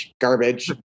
garbage